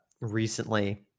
recently